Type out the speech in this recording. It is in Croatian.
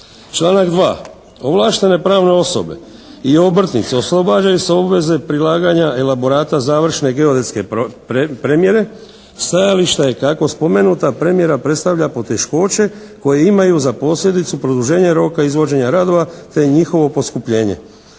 Članak 2. ovlaštene pravne osobe i obrtnici oslobađaju se obveze prilaganja elaborata završne geodetske premjere, stajalište ja kako spomenuta premjera predstavlja poteškoće koje imaju za posljedicu produženje roka izvođenja radova te njihovo poskupljenje,